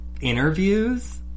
interviews